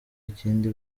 ikindi